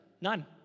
None